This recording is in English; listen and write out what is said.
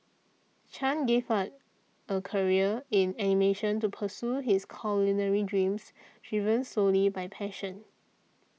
Chan gave a a career in animation to pursue his culinary dreams driven solely by passion